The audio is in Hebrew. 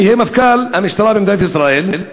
אם יהיה מפכ"ל המשטרה במדינת ישראל,